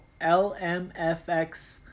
LMFX